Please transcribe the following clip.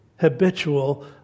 habitual